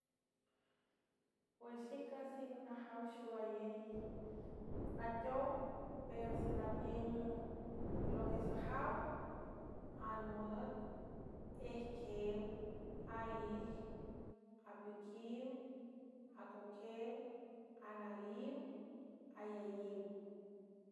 Puün xica sigun najaw xow aye nateow per sanapiün loquiesajaw anwüg ejqhew arij apiquiw acoquew anawíw ayeíw.